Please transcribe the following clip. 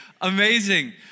Amazing